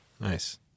Nice